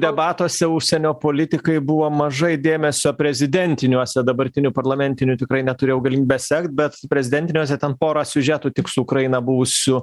debatuose užsienio politikai buvo mažai dėmesio prezidentiniuose dabartinių parlamentinių tikrai neturėjau galimybės sekt bet prezidentiniuose ten porą siužetų tik su ukraina buvusių